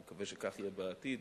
אני מקווה שכך יהיה בעתיד,